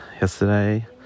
yesterday